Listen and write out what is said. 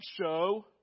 show